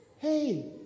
Hey